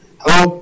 hello